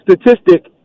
statistic